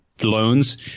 loans